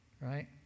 right